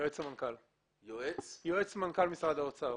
יועץ מנכ"ל משרד האוצר.